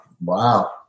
Wow